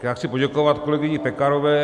Já chci poděkovat kolegyni Pekarové.